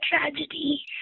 tragedy